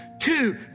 Two